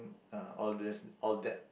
uh all this all that